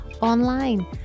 online